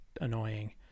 annoying